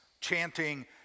chanting